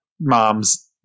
mom's